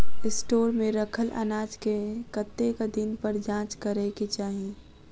Store मे रखल अनाज केँ कतेक दिन पर जाँच करै केँ चाहि?